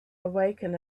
awaken